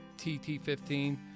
tt15